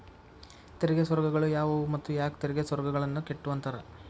ತೆರಿಗೆ ಸ್ವರ್ಗಗಳು ಯಾವುವು ಮತ್ತ ಯಾಕ್ ತೆರಿಗೆ ಸ್ವರ್ಗಗಳನ್ನ ಕೆಟ್ಟುವಂತಾರ